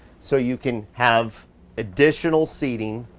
so you can have additional seating.